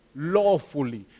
lawfully